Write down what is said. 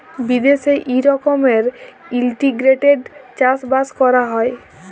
বিদ্যাশে ই রকমের ইলটিগ্রেটেড চাষ বাস ক্যরা হ্যয়